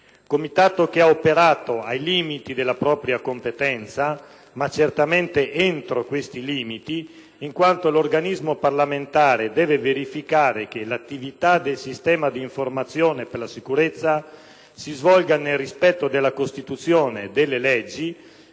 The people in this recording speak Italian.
Comitato che ha operato ai limiti della propria competenza, ma certamente entro tali limiti, in quanto l'organismo parlamentare deve verificare che l'attività del sistema di informazione per la sicurezza si svolga nel rispetto della Costituzione e delle leggi,